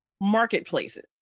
marketplaces